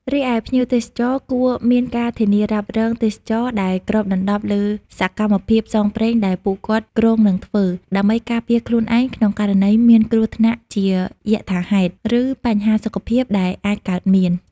រីឯ ភ្ញៀវទេសចរគួរមានការធានារ៉ាប់រងទេសចរណ៍ដែលគ្របដណ្ដប់លើសកម្មភាពផ្សងព្រេងដែលពួកគាត់គ្រោងនឹងធ្វើ ដើម្បីការពារខ្លួនឯងក្នុងករណីមានគ្រោះថ្នាក់ជាយថាហេតុ ឬបញ្ហាសុខភាពដែលអាចកើតមាន។